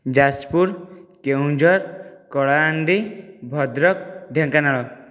Jajpur Keonjhar Kalahandi Bhadrak Dhenkanal